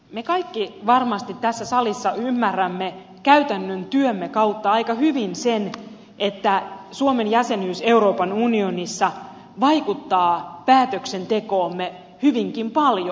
me kaikki varmasti tässä salissa ymmärrämme käytännön työmme kautta aika hyvin sen että suomen jäsenyys euroopan unionissa vaikuttaa päätöksentekoomme hyvinkin paljon